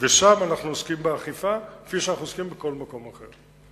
ושם אנחנו עוסקים באכיפה כפי שאנחנו עוסקים בכל מקום אחר.